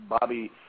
Bobby